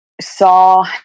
saw